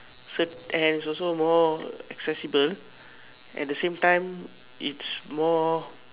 say and it is also more accessible and the same time it's more